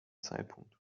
zeitpunkt